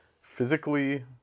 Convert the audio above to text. physically